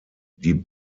die